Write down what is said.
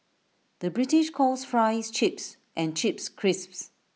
the British calls Fries Chips and Chips Crisps